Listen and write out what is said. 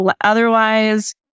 otherwise